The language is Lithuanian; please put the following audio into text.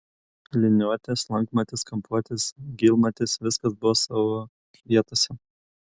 liniuotė slankmatis kampuotis gylmatis viskas buvo savo vietose